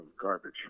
garbage